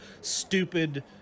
stupid